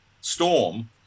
storm